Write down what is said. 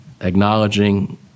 acknowledging